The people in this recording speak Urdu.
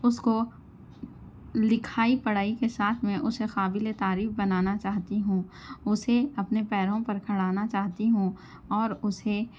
اُس کو لکھائی پڑھائی کے ساتھ میں اُسے قابل تعریف بنانا چاہتی ہوں اسے اپنے پیروں پر کھڑا نا چاہتی ہوں اور اُسے